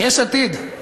יש עתיד,